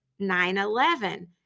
9-11